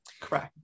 Correct